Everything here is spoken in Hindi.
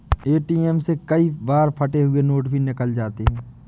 ए.टी.एम से कई बार फटे हुए नोट भी निकल जाते हैं